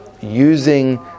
using